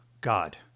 God